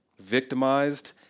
victimized